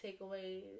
takeaways